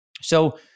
So-